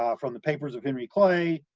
um from the papers of henry clay,